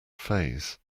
fays